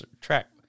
track